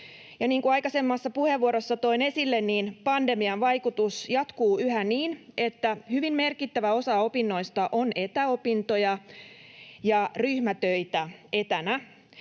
kuin aikaisemmassa puheenvuorossa toin esille, niin pandemian vaikutus jatkuu yhä niin, että hyvin merkittävä osa opinnoista on etäopintoja ja ryhmätöitä etänä.